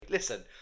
Listen